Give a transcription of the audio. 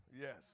Yes